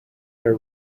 her